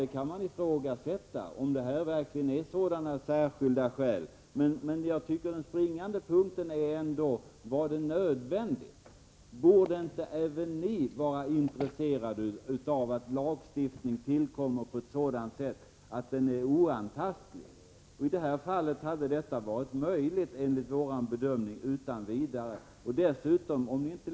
Det kan verkligen ifrågasättas om det här föreligger sådana särskilda skäl som avses i lagstiftningen, men den springande punkten är ändå om det var nödvändigt. Borde inte även ni vara intresserade av att lagstiftning tillkommer på ett sådant sätt att den är oantastlig? I detta fall hade det enligt vår bedömning utan vidare varit möjligt.